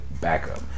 backup